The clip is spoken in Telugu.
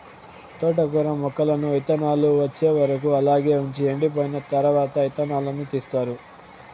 తోటకూర మొక్కలను ఇత్తానాలు వచ్చే వరకు అలాగే వుంచి ఎండిపోయిన తరవాత ఇత్తనాలను తీస్తారు